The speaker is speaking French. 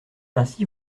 ainsi